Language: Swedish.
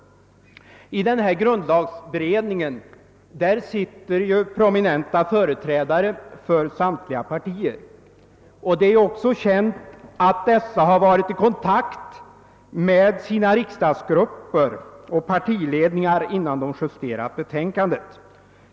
I grundlagberedningen sitter prominenta representanter för samiliga partier. Det är känt att dessa har varit i kontakt med sina riksdagsgrupper och partiledningar innan de justerat betänkandet.